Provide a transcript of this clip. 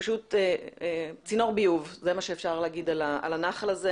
פשוט צינור ביוב, זה מה שאפשר להגיד על הנחל הזה.